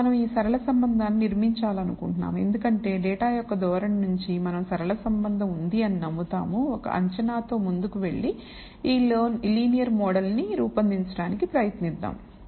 ఇప్పుడు మనం ఈ సరళ సంబంధాన్ని నిర్మించాలనుకుంటున్నాము ఎందుకంటే డేటా యొక్క ధోరణి నుండి మనం సరళ సంబంధం ఉంది అని నమ్ముతాము ఒక అంచనాతో ముందుకు వెళ్లి ఈ లీనియర్ మోడల్ ను రూపొందించడానికి ప్రయత్నిద్దాం